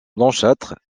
blanchâtres